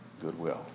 Goodwill